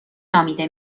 نامیده